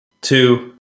two